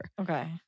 Okay